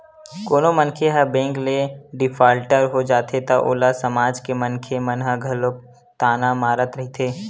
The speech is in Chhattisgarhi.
कोनो मनखे ह बेंक ले डिफाल्टर हो जाथे त ओला समाज के मनखे मन ह घलो ताना मारत रहिथे